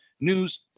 news